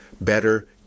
better